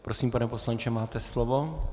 Prosím, pane poslanče, máte slovo.